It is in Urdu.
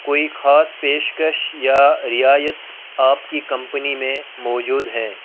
کوئی خاص پیشکش یا رعایت آپ کی کمپنی میں موجود ہیں